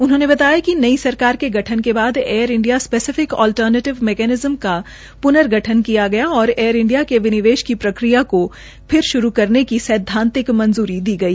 उन्होनें बताया कि नई सरकार के गठन के बाद Air India specific alternative mechanism का प्र्नगठन किया गया और एयर इंडिया के विनिवेश की प्रक्रिया को फिर शुरू करने की सैद्वातिक मंजूरी दी गई